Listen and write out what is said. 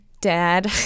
dad